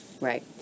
Right